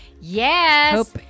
Yes